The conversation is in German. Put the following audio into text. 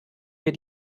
wir